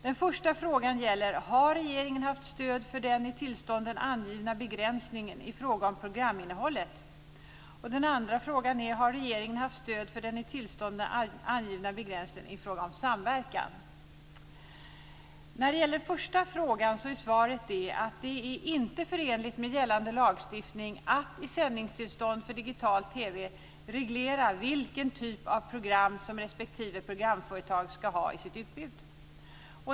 Den första frågan är: Har regeringen haft stöd för den i tillstånden angivna begränsningen i fråga om programinnehållet? Den andra frågan är: Har regeringen haft stöd för den i tillstånden angivna begränsningen i fråga om samverkan? När det gäller den första frågan är svaret att det inte är förenligt med gällande lagstiftning att i sändningstillstånd för digital TV reglera vilken typ av program som respektive programföretag skall ha i sitt utbud.